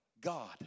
God